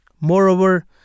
Moreover